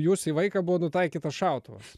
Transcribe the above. jus į vaiką buvo nutaikyta šautuvas